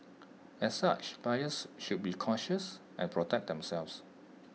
as such buyers should be cautious and protect themselves